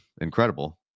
incredible